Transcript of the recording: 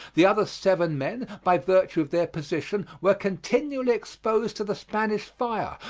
the other seven men, by virtue of their position, were continually exposed to the spanish fire,